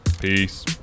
Peace